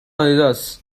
آدیداس